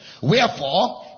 Wherefore